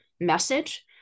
message